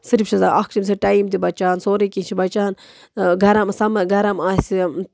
صرف چھِ آسان اَکھ چھُ أمۍ سۭتۍ ٹایم تہِ بَچان سورُے کینٛہہ چھُ بَچان گَرم سَمَر گَرم آسہِ